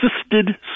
assisted